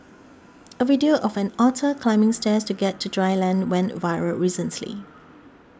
a video of an otter climbing stairs to get to dry land went viral recently